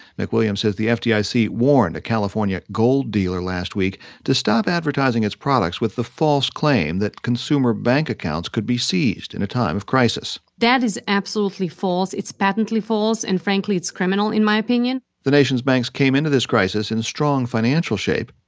mcwilliams says the fdic warned a california gold dealer last week to stop advertising its products with the false claim that consumer bank accounts could be seized in a time of crisis that is absolutely false. it's patently false, and frankly, it's criminal in my opinion the nation's banks came into this crisis in strong financial shape.